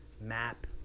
map